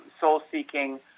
soul-seeking